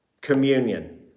Communion